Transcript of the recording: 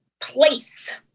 place